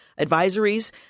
advisories